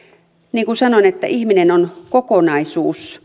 niin kuin sanoin ihminen on kokonaisuus